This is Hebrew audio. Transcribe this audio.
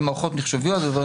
אלה מערכות מחשוביות.